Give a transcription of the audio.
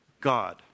God